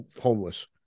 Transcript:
homeless